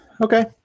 okay